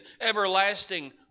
everlasting